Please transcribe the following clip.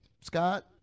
Scott